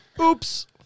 Oops